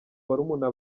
barumuna